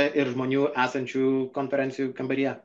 ir žmonių esančių konferencijų kambaryje